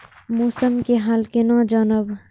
मौसम के हाल केना जानब?